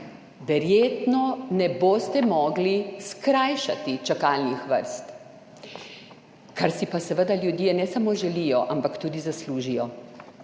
verjetno ne boste mogli skrajšati čakalnih vrst, kar si pa seveda ljudje, ne samo želijo, ampak tudi zaslužijo.